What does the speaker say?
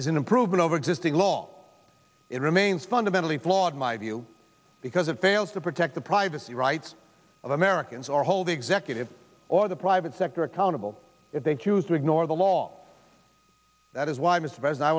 is an improvement over existing law it remains fundamentally flawed my view because it fails to protect the privacy rights of americans or hold the executive or the private sector accountable if they choose to ignore the law that is why